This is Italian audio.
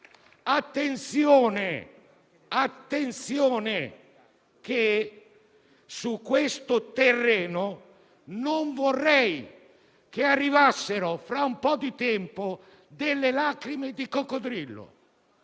Attenzione, perché su questo terreno non vorrei che arrivassero fra un po' di tempo delle lacrime di coccodrillo.